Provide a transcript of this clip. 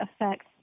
affects